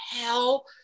hell